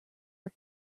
are